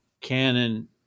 canon